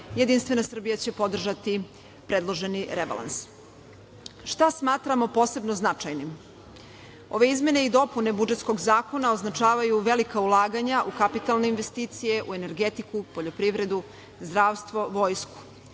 rasta, JS će podržati predloženi rebalans. Šta smatramo posebno značajnim? Ove izmene i dopune budžetskog zakona označavaju velika ulaganja u kapitalne investicije, u energetiku, poljoprivredu, zdravstvo, vojsku.